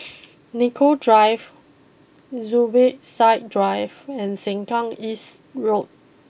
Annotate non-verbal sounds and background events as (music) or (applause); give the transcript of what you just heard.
(noise) Nicoll Drive Zubir Said Drive and Sengkang East Road